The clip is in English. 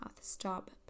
Stop